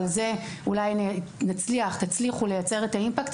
ואולי על זה תצליחו לייצר את האימפקט,